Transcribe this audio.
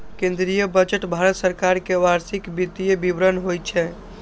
केंद्रीय बजट भारत सरकार के वार्षिक वित्तीय विवरण होइ छै